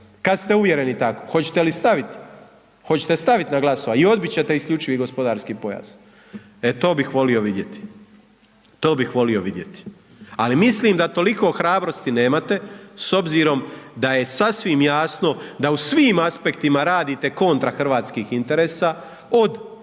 Kad ste uvjereni tako. Hoćete li staviti? Hoćete staviti na glasovanje? I odbit ćete isključivi gospodarski pojas? E to bih volio vidjeti. To bih volio vidjeti. Ali mislim da toliko hrabrosti nemate s obzirom da je sasvim jasno da u svim aspektima radite kontra hrvatskih interesa, od